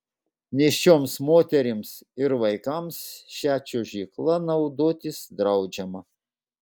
nėščioms moterims ir vaikams šia čiuožykla naudotis draudžiama